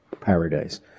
paradise